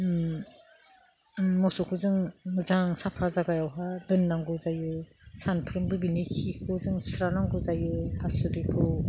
मोसौखौ जों मोजां साफा जायगायावहाय दोननांगौ जायो सानफ्रोमबो बिनि खिखौ जों सुस्रानांगौ जायो हासुदैखौ